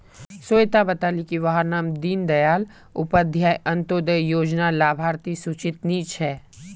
स्वेता बताले की वहार नाम दीं दयाल उपाध्याय अन्तोदय योज्नार लाभार्तिर सूचित नी छे